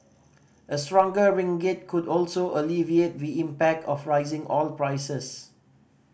a stronger ringgit could also alleviate the impact of rising oil prices